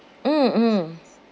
mm mm